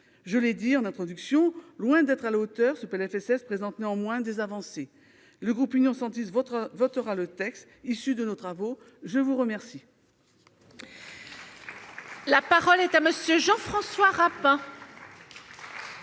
Je l'ai dit en introduction, loin d'être à la hauteur, ce PLFSS présente néanmoins des avancées. Le groupe Union Centriste votera le texte issu de nos travaux. La parole